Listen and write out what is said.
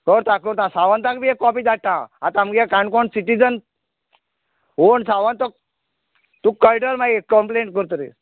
करता करता सावंताकूय बी एक काॅपी धाडटा तुगेले कोणकोण सिटीजन्स कोण सावंत तो तुका कळटलें मागीर कंप्लेन करतगीर